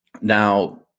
Now